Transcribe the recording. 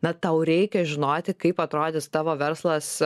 na tau reikia žinoti kaip atrodys tavo verslas